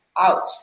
ouch